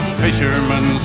fishermen